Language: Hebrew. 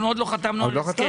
אנחנו עוד לא חתמנו על הסכם.